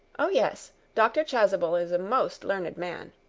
oh, yes. dr. chasuble is a most learned man.